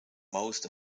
most